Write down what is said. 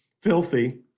filthy